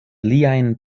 liajn